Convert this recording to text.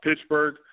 Pittsburgh